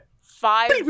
Five